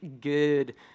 good